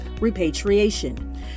repatriation